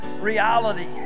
reality